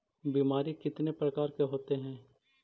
बीमारी कितने प्रकार के होते हैं?